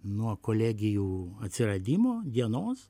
nuo kolegijų atsiradimo dienos